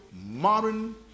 modern